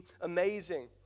amazing